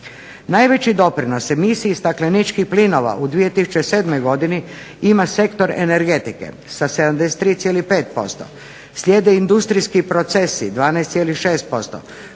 Najveći doprinos emisiji stakleničkih plinova u 2007. godini ima sektor energetike sa 73,5%. Slijede industrijski procesi 12,6%.